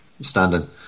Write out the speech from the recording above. standing